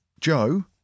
Joe